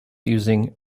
using